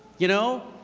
you know,